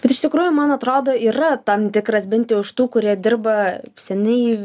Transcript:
bet iš tikrųjų man atrodo yra tam tikras bent jau iš tų kurie dirba seniai